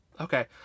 Okay